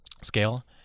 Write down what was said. scale